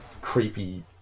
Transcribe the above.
creepy